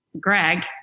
Greg